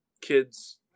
kids